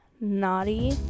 Naughty